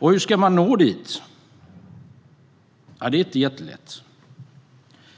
Hur ska man då nå dit? Ja, det är inte jättelätt.